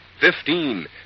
Fifteen